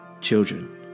Children